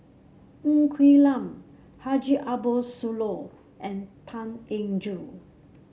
Ng Quee Lam Haji Ambo Sooloh and Tan Eng Joo